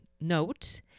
note